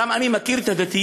אני גם מכיר את הדתיים,